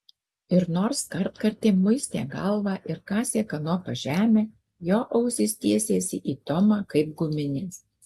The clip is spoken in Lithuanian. ir nors kartkartėm muistė galvą ir kasė kanopa žemę jo ausys tiesėsi į tomą kaip guminės